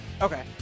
Okay